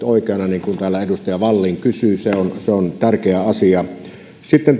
oikeana niin kuin täällä edustaja wallin kysyi se on se on tärkeä asia sitten